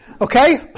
Okay